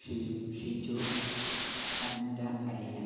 Shiju Aneeta Aleena